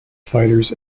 fighters